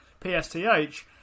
PSTH